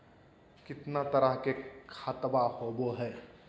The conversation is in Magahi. कितना तरह के खातवा होव हई?